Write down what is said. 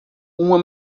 uma